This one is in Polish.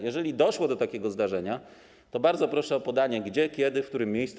Jeżeli doszło do takiego zdarzenia, to bardzo proszę o podanie gdzie, kiedy, w którym miejscu.